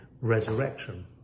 resurrection